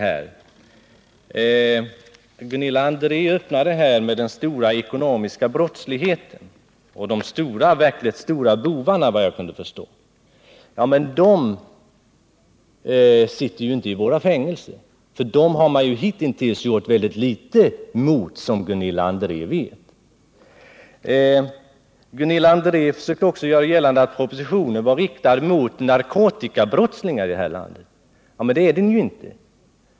Hon inledde debatten med att tala om den stora ekonomiska brottsligheten och de verkligt stora bovarna, såvitt jag kunde förstå. Ja, men de sitter ju inte i våra fängelser, för mot dem har man hittills gjort mycket litet, som Gunilla André vet. Gunilla André försökte också göra gällande att propositionen var riktad mot narkotikabrottslingar här i landet. Men det är den ju inte.